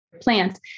plants